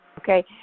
okay